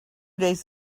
days